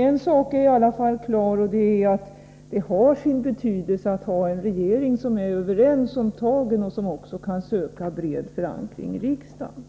En sak är i alla fall klar, och det är att det har sin betydelse att vi har en regering som är överens om tagen och som kan söka bred förankring i riksdagen.